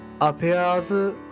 appears